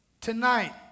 tonight